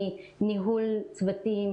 מניהול צוותים,